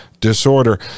disorder